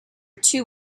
two